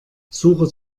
suche